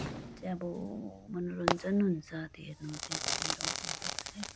चाहिँ अब मनोरञ्जन हुन्छ त्यो हेर्न चाहिँ एकदमै रमाइलो लाग्छ